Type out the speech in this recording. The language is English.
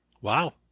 Wow